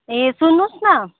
ए सुन्नुहोस् न